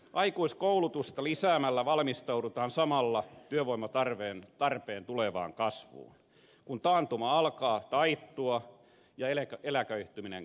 aikuiskoulutusta lisäämällä valmistaudutaan samalla työvoimatarpeen tulevaan kasvuun kun taantuma alkaa taittua ja eläköityminen kiihtyy